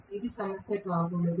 ఇది సమస్య కాకూడదు